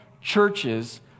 churches